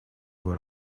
его